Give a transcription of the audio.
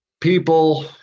people